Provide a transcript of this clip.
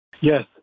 Yes